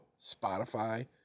Spotify